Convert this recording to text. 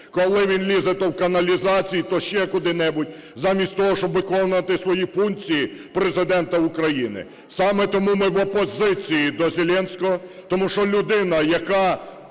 коли він лізе то в каналізацію, то ще куди-небудь, замість того, щоб виконувати свої функції Президента України. Саме тому ми в опозиції до Зеленського. Тому що людина, яка